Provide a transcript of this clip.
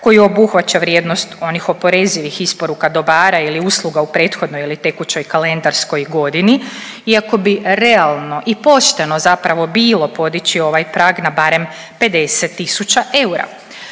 koji obuhvaća vrijednost onih oporezivih isporuka dobara ili usluga u prethodnoj ili tekućoj kalendarskoj godini, iako bi realno i pošteno zapravo bilo podići ovaj prag na barem 50 tisuća eura.